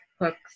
hooks